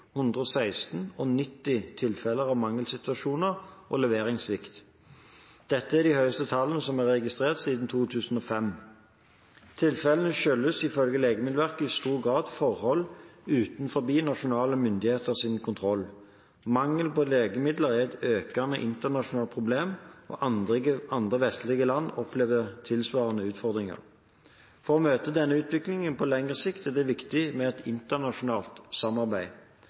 116 og 90 tilfeller av mangelsituasjoner og leveringssvikt. Dette er de høyeste tallene som er registrert siden 2005. Tilfellene skyldes ifølge Legemiddelverket i stor grad forhold utenfor nasjonale myndigheters kontroll. Mangel på legemidler er et økende internasjonalt problem, og andre vestlige land opplever tilsvarende utfordringer. For å møte denne utviklingen på lengre sikt er det viktig med internasjonalt samarbeid.